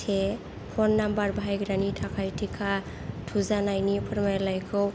से phone number बाहायग्रानि थाखाय थिखा थुजानायनि फोरमान लायखौ